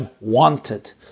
wanted